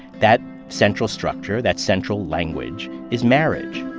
that central structure, that central language, is marriage